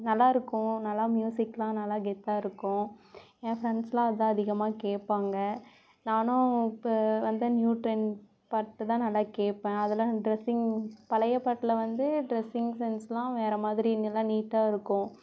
நல்லா இருக்கும் நல்லா மியூசிக்லாம் நல்லா கெத்தாக இருக்கும் என் ஃப்ரெண்ட்ஸ்லாம் அதுதான் அதிகமாக கேட்பாங்க நானும் இப்போ வந்து நியூ ட்ரெண்ட் பாட்டுதான் நல்லா கேட்பேன் அதில் ட்ரெஸ்ஸிங் பழைய பாட்டில் வந்து ட்ரெஸ்ஸிங் சென்ஸ்லாம் வேறே மாதிரி நல்லா நீட்டாக இருக்கும்